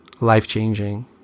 life-changing